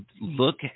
look